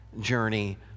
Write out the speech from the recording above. journey